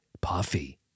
puffy